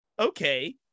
okay